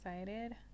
excited